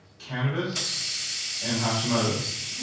cannabis and hashimoto's.